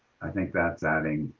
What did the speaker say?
i think that's adding